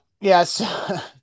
yes